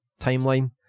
timeline